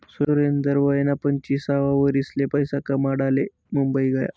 सुरेंदर वयना पंचवीससावा वरीसले पैसा कमाडाले मुंबई गया